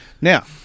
Now